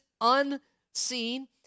unseen